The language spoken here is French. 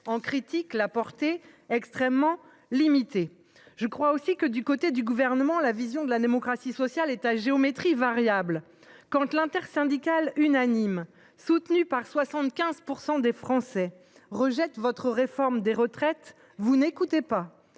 elles mêmes la portée, extrêmement limitée. Je pense aussi que, du côté du Gouvernement, la vision de la démocratie sociale est à géométrie variable. Monsieur le ministre, quand l’intersyndicale, unanime, soutenue par 75 % des Français, rejette votre réforme des retraites, vous n’écoutez pas.